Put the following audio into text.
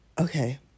okay